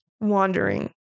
Wandering